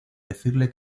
decirle